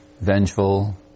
vengeful